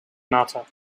matter